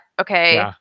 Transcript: Okay